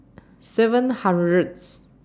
seven hundredth